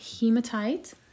hematite